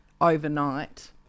overnight